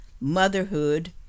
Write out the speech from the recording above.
Motherhood